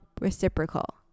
reciprocal